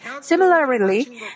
Similarly